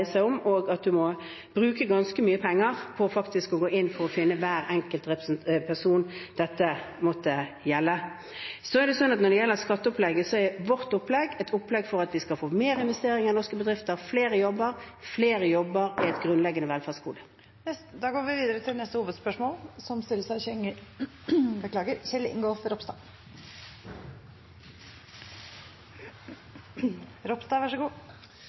må bruke ganske mye penger på faktisk å gå inn for å finne hver enkelt person dette måtte gjelde. Så er det sånn at når det gjelder skatteopplegget, er vårt opplegg et opplegg for at vi skal få mer investeringer i norske bedrifter, flere jobber. Flere jobber er et grunnleggende velferdsgode. Da går vi videre til neste hovedspørsmål.